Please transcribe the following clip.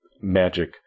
magic